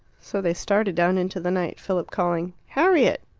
so they started down into the night, philip calling harriet!